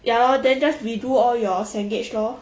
ya lor then just redo all your cengage lor